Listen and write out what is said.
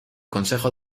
consejo